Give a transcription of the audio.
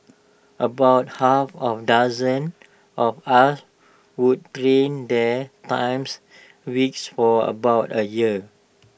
about half A dozen of us would there times weeks for about A year